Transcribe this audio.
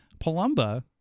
Palumba